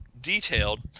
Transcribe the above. detailed